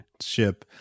Ship